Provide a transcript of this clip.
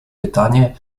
pytanie